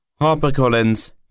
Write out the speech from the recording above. HarperCollins